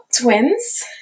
Twins